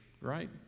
right